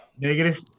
Negative